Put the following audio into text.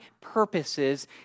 purposes